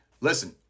Listen